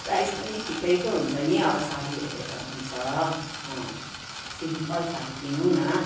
price पनि ठिकैको हुन्छ नि अब सारी हेरेर हुन्छ अँ सिम्पल सारी किनौँ न